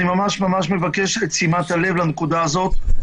אני ממש ממש מבקש את שימת הלב לנקודה הזאת.